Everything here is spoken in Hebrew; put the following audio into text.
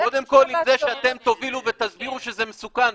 קודם כל עם זה שאתם תובילו ותסבירו שזה מסוכן,